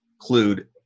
include